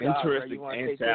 interesting